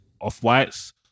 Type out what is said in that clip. Off-Whites